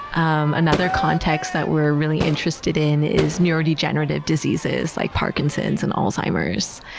um another context that we're really interested in is neurodegenerative diseases like parkinson's and alzheimer's.